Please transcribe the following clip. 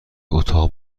اتاق